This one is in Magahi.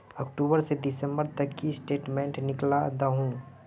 अक्टूबर से दिसंबर तक की स्टेटमेंट निकल दाहू?